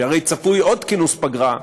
שהרי צפוי עוד כינוס פגרה,